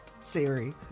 Siri